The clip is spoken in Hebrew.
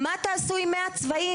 מה תעשו עם מאה צבאים?